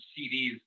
CDs